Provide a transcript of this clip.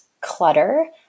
clutter